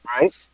right